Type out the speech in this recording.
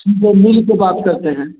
ठीक है मिल के बात करते हैं